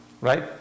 Right